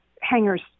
hangers